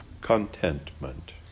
contentment